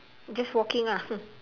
just walking ah